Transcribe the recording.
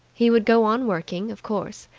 he would go on working, of course,